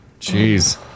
jeez